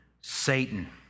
Satan